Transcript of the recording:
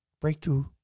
breakthrough